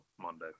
Monday